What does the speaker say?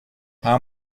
how